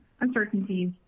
uncertainties